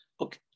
Okay